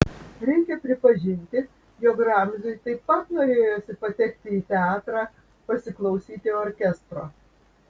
reikia pripažinti jog ramziui taip pat norėjosi patekti į teatrą pasiklausyti orkestro